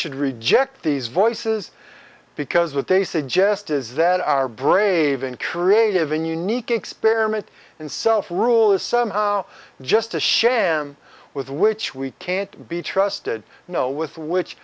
should reject these voices because what they suggest is that our brave and creative and unique experiment and self rule is somehow just a sham with which we can't be trusted no with which